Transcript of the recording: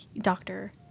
doctor